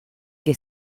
que